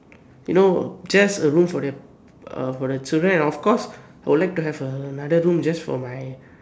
you know just a room for the uh for the children and of course also I would like to have a room just for my